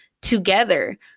together